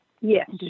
Yes